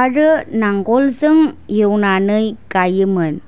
आरो नांगोलजों एवनानै गायोमोन